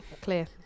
Clear